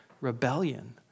rebellion